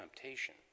temptation